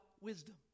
wisdom